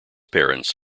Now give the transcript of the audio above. parents